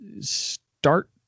start